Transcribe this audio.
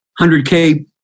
100K